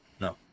No